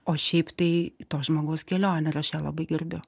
o šiaip tai to žmogaus kelionė ir aš ją labai gerbiu